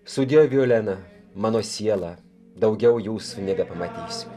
sudie violena mano siela daugiau jūsų nebepamatysiu